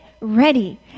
ready